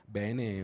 bene